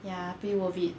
ya pretty worth it